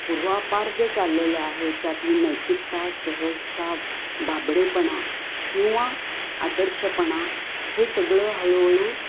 पूर्वापार जे चाललेले आहेत त्यातली नैतिकता सहजता भाबडेपणा किंवा आदर्शपणा हे सगळं हळूहळू